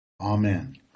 Amen